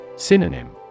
Synonym